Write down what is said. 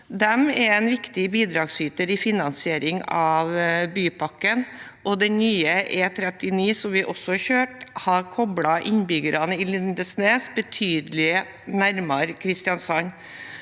De er en viktig bidragsyter i finansieringen av bypakken, og den nye E39, som vi også kjørte på, har koblet innbyggerne i Lindesnes betydelig nærmere Kristiansand.